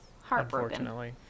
Heartbroken